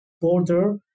border